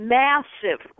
massive